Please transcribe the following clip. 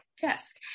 desk